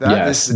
Yes